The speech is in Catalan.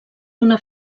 una